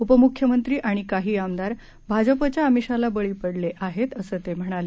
उपमुख्यमंत्री आणि काही आमदार भाजपच्या आमिषाला बळी पडले आहेत असं ते म्हणाले